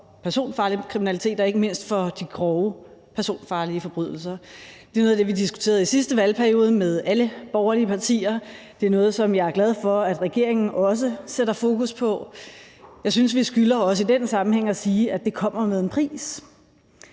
personfarlig kriminalitet og ikke mindst for de grove personfarlige forbrydelser. Det var noget af det, vi diskuterede i sidste valgperiode med alle borgerlige partier. Det er noget, som jeg er glad for at regeringen også sætter fokus på. Jeg synes, at vi også i den sammenhæng skylder at sige, at det kommer med en pris.